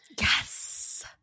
Yes